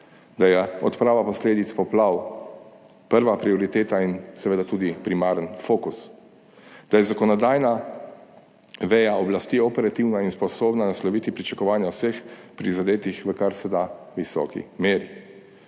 da je odprava posledic poplav prva prioriteta in seveda tudi primaren fokus, da je zakonodajna veja oblasti operativna in sposobna nasloviti pričakovanja vseh prizadetih v karseda visoki meri.